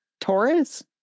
taurus